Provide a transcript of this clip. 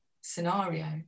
scenario